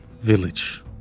village